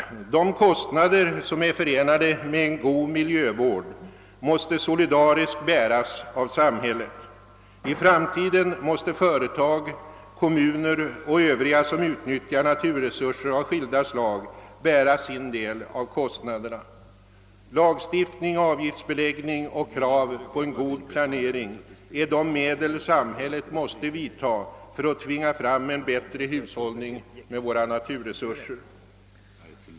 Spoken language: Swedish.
De kostnader som är förenade med en god miljövård måste solidariskt bäras av samhället. I framtiden måste företag, kommuner och övriga som utnyttjar naturresurser av skilda slag, bära sin del av kostnaderna. Lagstiftning, avgiftsbeläggning och krav på en god planering är de medel samhället måste använda för att tvinga fram en bättre hushållning med våra naturresurser.